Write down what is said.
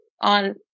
on